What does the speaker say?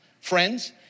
friends